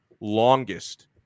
longest